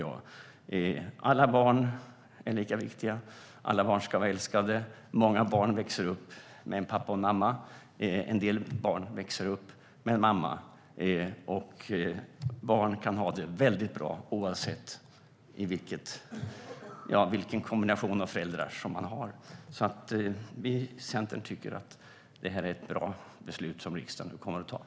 Alla barn är lika viktiga. Alla barn ska vara älskade. Många barn växer upp med en pappa och en mamma. En del barn växer upp med en mamma. Barn kan ha det väldigt bra, oavsett vilken kombination av föräldrar man har. Centern tycker att det här är ett bra beslut som riksdagen kommer att fatta.